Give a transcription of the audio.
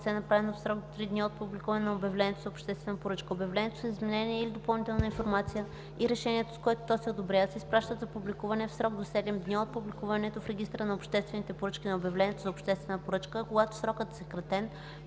направено в срок до три дни от публикуване на обявлението за обществена поръчка. Обявлението за изменение или допълнителна информация и решението, с което то се одобрява се изпращат за публикуване в срок до 7 дни от публикуването в Регистъра на обществените поръчки на обявлението за обществена поръчка, а когато срокът е съкратен